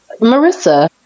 Marissa